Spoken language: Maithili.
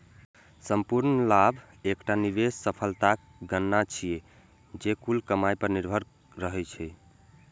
संपूर्ण लाभ एकटा निवेशक सफलताक गणना छियै, जे कुल कमाइ पर निर्भर रहै छै